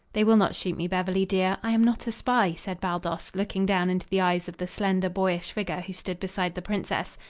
they will not shoot me, beverly, dear. i am not a spy, said baldos, looking down into the eyes of the slender boyish figure who stood beside the princess.